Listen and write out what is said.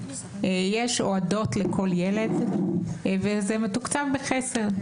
יש הועדות לכל ילד, וזה מתוקצב בחסר.